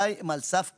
רבותיי, הם על סף קריסה.